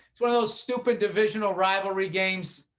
it's one of those stupid divisional rivalry games.